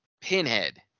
Pinhead